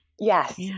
Yes